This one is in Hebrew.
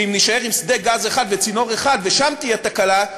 היא שאם נישאר עם שדה גז אחד וצינור אחד ושם תהיה תקלה,